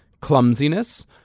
clumsiness